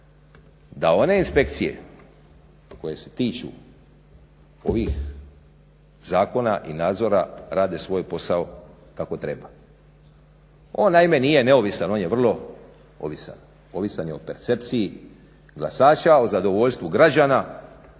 da one inspekcije koje se tiču ovih zakona i nadzora rade svoj posao kako treba. On naime nije neovisan, on je vrlo ovisan. Ovisan je o percepciji glasača, o zadovoljstvu građana,